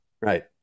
Right